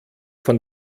von